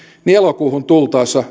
niin elokuuhun tultaessa